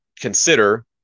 consider